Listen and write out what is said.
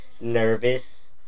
Nervous